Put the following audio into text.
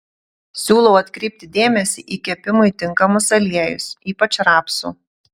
siūlau atkreipti dėmesį į kepimui tinkamus aliejus ypač rapsų